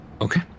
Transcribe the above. okay